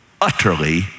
utterly